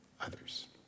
others